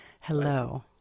hello